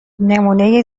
نمونه